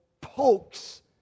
pokes